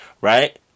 right